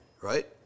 right